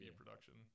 production